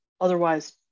otherwise